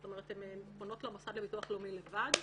זאת אומרת הן פונות למוסד לביטוח הלאומי לבד,